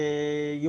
בהיסטוריה של המדינה,